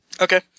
Okay